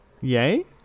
yay